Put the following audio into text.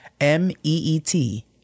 M-E-E-T